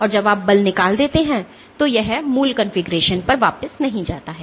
और जब आप बल निकाल देते हैं तो यह मूल कॉन्फ़िगरेशन पर वापस नहीं जाता है